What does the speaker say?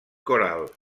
coral